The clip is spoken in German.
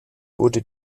wurde